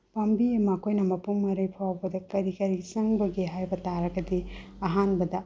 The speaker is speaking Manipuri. ꯄꯥꯝꯕꯤ ꯑꯃ ꯑꯩꯈꯣꯏꯅ ꯃꯄꯨꯡ ꯃꯔꯩ ꯐꯥꯕꯗ ꯀꯔꯤ ꯀꯔꯤ ꯆꯪꯕꯒꯦ ꯍꯥꯏꯕ ꯇꯥꯔꯒꯗꯤ ꯑꯍꯥꯟꯕꯗ